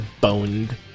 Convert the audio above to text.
boned